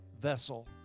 vessel